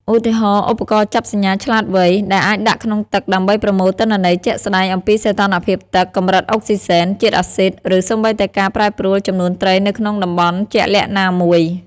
ឧទាហរណ៍ ឧបករណ៍ចាប់សញ្ញាឆ្លាតវៃ ដែលអាចដាក់ក្នុងទឹកដើម្បីប្រមូលទិន្នន័យជាក់ស្តែងអំពីសីតុណ្ហភាពទឹក កម្រិតអុកស៊ីសែន ជាតិអាស៊ីត ឬសូម្បីតែការប្រែប្រួលចំនួនត្រីនៅក្នុងតំបន់ជាក់លាក់ណាមួយ។